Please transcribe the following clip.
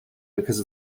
because